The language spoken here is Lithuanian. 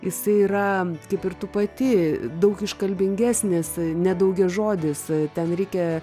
jisai yra kaip ir tu pati daug iškalbingesnis nedaugiažodis ten reikia